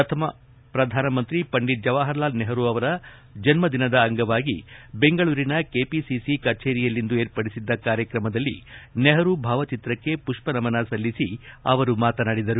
ಪ್ರಥಮ ಪ್ರಧಾನಮಂತ್ರಿ ಪಂಡಿತ್ ಜವಾಹರಲಾಲ್ ನೆಹರೂ ಅವರ ಜನ್ಮದಿನದ ಅಂಗವಾಗಿ ಬೆಂಗಳೂರಿನ ಕೆಪಿಸಿಸಿ ಕಚೇರಿಯಲ್ಲಿಂದು ಏರ್ಪಡಿಸಿದ್ದ ಕಾರ್ಯಕ್ರಮದಲ್ಲಿ ನೆಹರೂ ಭಾವಚಿತ್ರಕ್ಕೆ ಪುಡ್ವನಮನ ಸಲ್ಲಿಸಿ ಅವರು ಮಾತನಾಡಿದರು